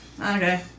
Okay